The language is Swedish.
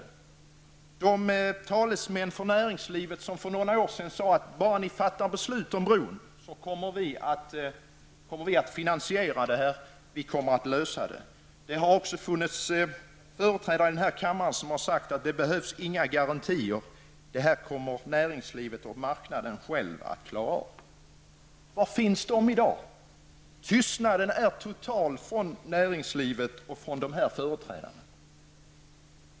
För några år sedan sade talesmän för näringslivet att bara det fattats beslut om bron, skulle de finansiera den. Det har också funnits ledamöter av den här kammaren som sagt att det behövs inga garantier, för det här kommer näringslivet och marknaden att klara av. Var finns de i dag? Tystnaden är total från näringslivet och från de här företrädarna.